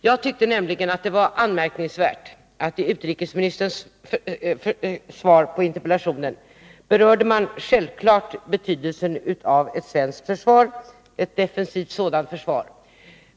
Jag tyckte nämligen att det var anmärkningsvärt att man i utrikesministerns svar på interpellationen inte berörde den självklara betydelsen av ett defensivt svenskt försvar.